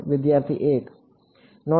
વિદ્યાર્થી 1